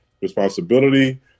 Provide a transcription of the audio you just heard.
responsibility